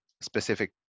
specific